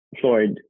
Floyd